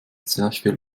zwerchfell